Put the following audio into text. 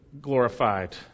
glorified